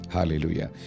Hallelujah